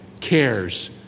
cares